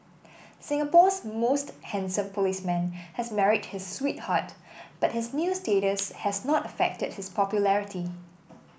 Singapore's most handsome policeman has married his sweetheart but his new status has not affected his popularity